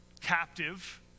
captive